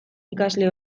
ikasle